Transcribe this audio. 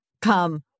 come